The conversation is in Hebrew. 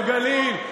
בגליל,